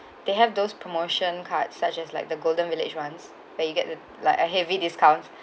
they have those promotion card such as like the golden village ones like you get a like a heavy discounts